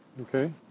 okay